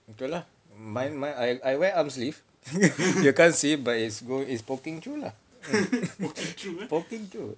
tu lah mine mine I I wear arm sleeves you can't see but it's go~ it's poking through lah poking through